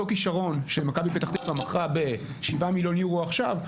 על אותו כישרון שמכבי פתח תקווה מכרה ב-7 מיליון יורו עכשיו,